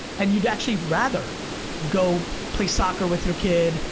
and you'd actually rather go play soccer with your kid.